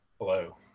hello